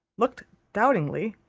looked doubtingly,